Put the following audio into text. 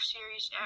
Series